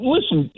Listen